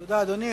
תודה, אדוני.